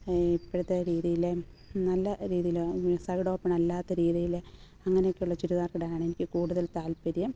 ഇപ്പോഴത്തെ രീതിയിൽ നല്ല രീതിയിൽ സൈഡ് ഓപ്പൺ അല്ലാത്ത രീതിയിൽ അങ്ങനെയൊക്കെ ഉള്ള ചുരിദാർ ഇടാനാണ് എനിക്ക് കൂടുതൽ താല്പര്യം